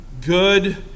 good